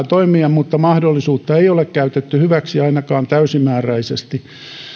toimia mutta mahdollisuutta ei ole käytetty hyväksi ainakaan täysimääräisesti